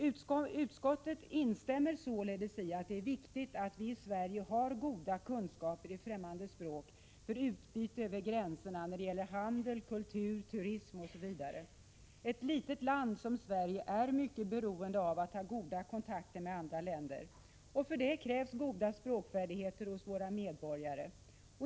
Utskottet instämmer således i att det är viktigt att vi i Sverige har goda kunskaper i främmande språk för utbyte över gränserna när det gäller handel, kultur, turism osv. Ett litet land som Sverige är mycket beroende av att ha goda kontakter med andra länder. För detta krävs goda språkfärdigheter hos våra medborgare.